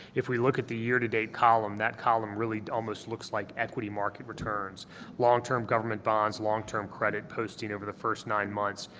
if we look at the year to date column, that column almost looks like equity market returns long-term government bonds, long-term credit posting over the first nine months,